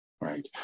Right